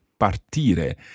partire